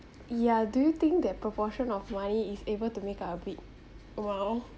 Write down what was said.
yeah do you think that proportion of money is able to make up a big amount